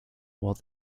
while